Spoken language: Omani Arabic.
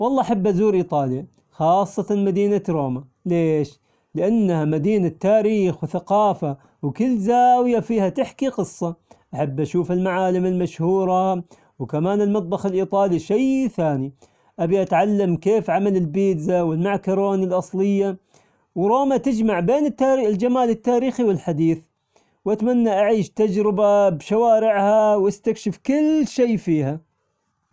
والله أحب أزور إيطاليا خاصة مدينة روما، ليش؟ لأنها مدينة تاريخ وثقافة وكل زاوية فيها تحكي قصة. أحب أشوف المعالم المشهورة، وكمان المطبخ الإيطالي شي ثاني. أبي أتعلم كيف عمل البيتزا والمعكرون الأصلية، وروما تجمع بين الت- الجمال التاريخي والحديث، وأتمنى أعيش تجربة بشوارعها واستكشف كل شي فيها.